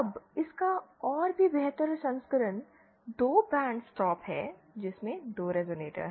अब इसका और भी बेहतर संस्करण 2 बैंड स्टॉप है जिसमें 2 रेज़ोनेटर हैं